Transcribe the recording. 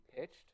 pitched